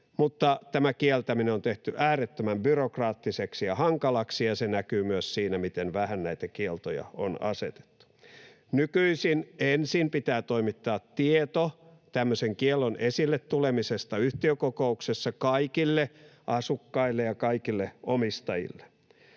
mutta kieltäminen on tehty äärettömän byrokraattiseksi ja hankalaksi, ja se näkyy myös siinä, miten vähän näitä kieltoja on asetettu. Nykyisin ensin pitää toimittaa tieto tämmöisen kiellon esille tulemisesta yhtiökokouksessa kaikille asukkaille ja kaikille omistajille.